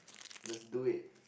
let's do it